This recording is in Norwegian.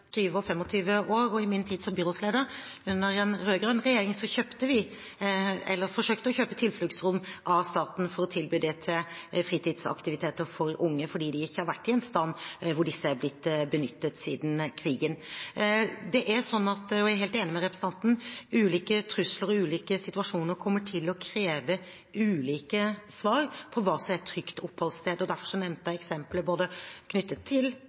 20 og 25 år. I min tid som byrådsleder, under en rød-grønn regjering, forsøkte vi å kjøpe tilfluktsrom av staten for å tilby det til fritidsaktiviteter for unge. De har vært i dårlig stand fordi de ikke er blitt benyttet siden krigen. Jeg er helt enig med representanten: Ulike trusler og ulike situasjoner kommer til å kreve ulike svar på hva som er et trygt oppholdssted. Derfor nevnte jeg flere eksempler.